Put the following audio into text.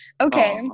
Okay